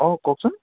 অঁ কওকচোন